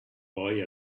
boy